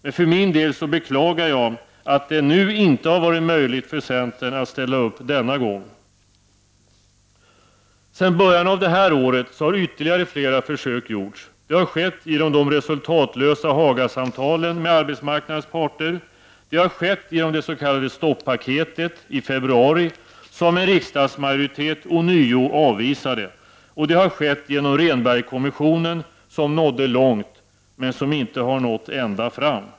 Men för min del beklagar jag att det inte har varit möjligt för centern att ställa upp denna gång. Sedan början av detta år har ytterligare flera försök gjorts. Det har skett genom de resultatlösa Hagasamtalen med arbetsmarknadens parter. Det har skett genom det s.k. stoppaketet i februari som en riksdagsmajoritet ånyo avvisade. Det har skett genom Rehnbergkommissionen, som nådde långt, men inte nådde ända fram.